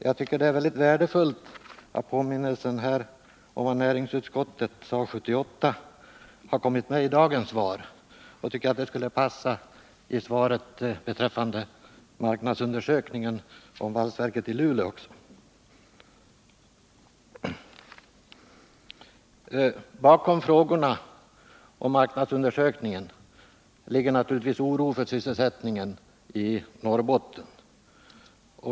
Jag tycker att det är mycket värdefullt att påminnelsen om vad näringsutskottet sade 1978 har kommit med i dagens svar och tycker att det också hade passat i svaret beträffande marknadsundersökningen om valsverket i Luleå. Bakom frågorna om marknadsundersökningen ligger naturligtvis oron för sysselsättningen i Norrbotten.